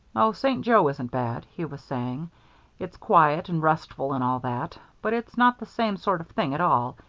oh, st. joe isn't bad, he was saying it's quiet and restful and all that, but it's not the same sort of thing at all.